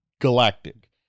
galactic